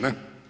Ne?